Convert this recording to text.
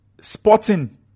Sporting